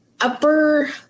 upper